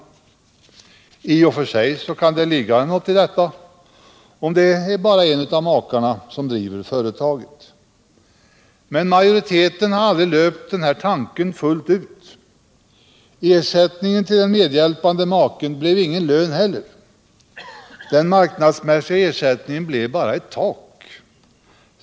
I och för sig kan det ligga något i detta om det bara är en av makarna som driver företaget. Men majoriteten fullföljde aldrig den tanken. Ersättningen till den medhjälpande maken blev ingen lön heller. Den marknadsmässiga crsättningen blev bara ett tak.